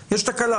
יש תקלה,